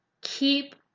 keep